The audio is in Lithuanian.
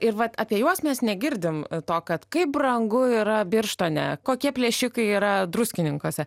ir vat apie juos mes negirdim to kad kaip brangu yra birštone kokie plėšikai yra druskininkuose